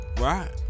Right